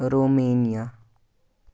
Romania